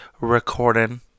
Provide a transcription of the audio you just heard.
recording